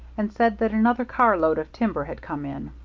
and said that another carload of timber had come in.